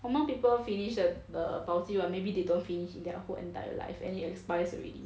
normal people finish the the baoziwan maybe they don't finish in their whole entire life and it expires already